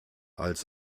als